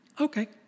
Okay